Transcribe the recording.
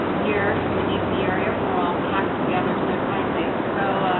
here from the d c. area, we're all packed together so tightly. so,